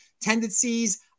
tendencies